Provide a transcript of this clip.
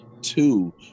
two